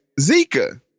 Zika